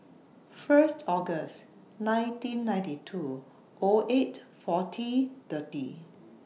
First August nineteen ninety two O eight forty thirty